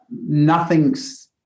Nothing's